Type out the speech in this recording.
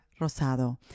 rosado